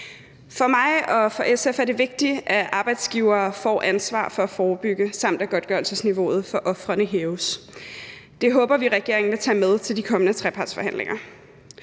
For mig og for SF er det vigtigt, at arbejdsgivere får ansvar for at forebygge, samt at godtgørelsesniveauet for ofrene hæves. Det håber vi at regeringen vil tage med til de kommende trepartsforhandlinger.